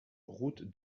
route